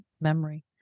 memory